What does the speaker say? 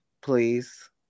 please